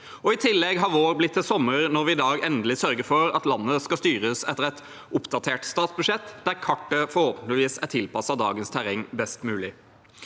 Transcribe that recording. I tillegg har vår blitt til sommer når vi i dag endelig sørger for at landet skal styres etter et oppdatert statsbudsjett der kartet forhåpentligvis er tilpasset dagens terreng best mulig.